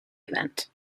event